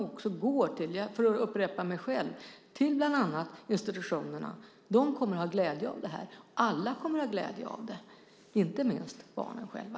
De går bland annat till institutionerna. Alla kommer att ha glädje av det. Det gäller inte minst barnen själva.